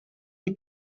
les